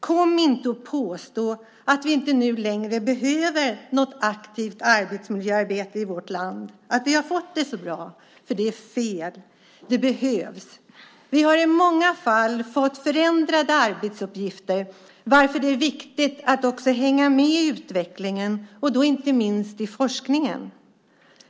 Kom inte och påstå att vi inte nu längre behöver något aktivt arbetsmiljöarbete i vårt land, att vi har fått det så bra, för det är fel. Det behövs. Vi har i många fall fått förändrade arbetsuppgifter, varför det är viktigt att också hänga med i utvecklingen och då inte minst i forskningen.